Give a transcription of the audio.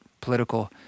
political